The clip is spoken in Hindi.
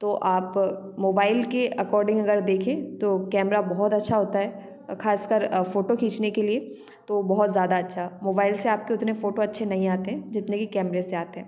तो आप मोबाईल के अक्कोर्डिंग अगर आप देखें तो कैमरा बहुत अच्छा होता है खास कर फोटो खीचने के लिए तो बहुत ज़्यादा अच्छा मोबाईल से आपके उतने फोटो अच्छे नहीं आतें जितने कि कैमरे से आते हैं